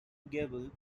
gable